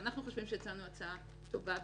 אנחנו חושבים שהצענו הצעה טובה,